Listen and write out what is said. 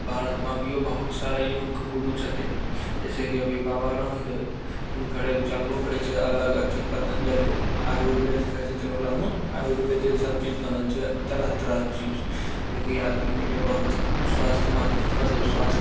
भारतमे अभिओ बहुत सारा योगके गुरु छथिन जइसेकि अभी बाबा रामदेव हुनकर अभी चलबो करै छै अलग अथी पतञ्जलि आयुर्वेद कहै छथिन ओकरा हुँ आयुर्वेदेके सबचीज बनल छै तरह तरहके चीज जेकि आदमीके लिए बहुत स्वस्थ मतलब स्वस्थ